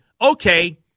okay